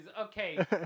okay